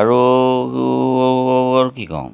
আৰু কি ক'ম